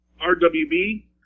RWB